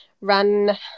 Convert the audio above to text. run